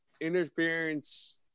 interference